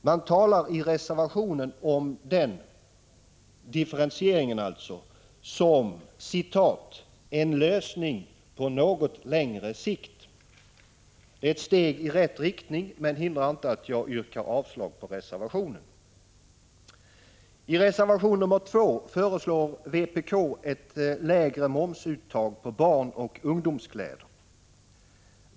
Man talar i reservationen om differentieringen som ”en lösning på något längre sikt.” Det är ett steg i rätt riktning, men det hindrar inte att jag yrkar avslag på reservationen. I reservation nr 2 föreslår vpk ett lägre momsuttag på barnoch ungdomskläder.